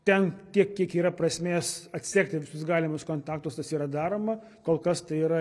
ten tiek kiek yra prasmės atsekti visus galimus kontaktus tas yra daroma kol kas tai yra